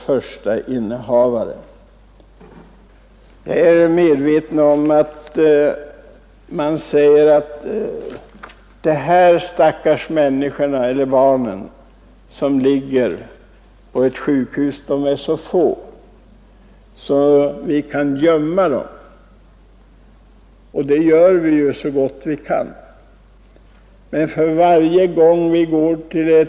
Men man lider varje gång man på ett sjukhus får se de sjuka barnen. Jag reagerar kraftigast inför barn med munskador eller s.k. vattenskalle. Alla vet att dessa barn ofta kan räddas till full hälsa om kirurgiska ingrepp företas omedelbart efter födelsen.